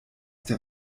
der